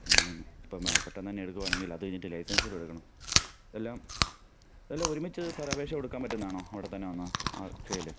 വന്ന് വന്ന് ഇപ്പം പെട്ടന്നു തന്നെ എടുക്കുകയാണെങ്കിലത് കഴിഞ്ഞിട്ട് ലൈസൻസുകൂടെ എടുക്കണം ഇതെല്ലാം ഇതെല്ലാം ഒരുമിച്ച് സാറെ അപേക്ഷ കൊടുക്കാൻ പറ്റുന്നതാണോ അവടെത്തന്നെ വന്നാൽ അക്ഷയയിൽ